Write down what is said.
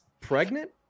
pregnant